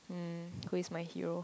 hmm who is my hero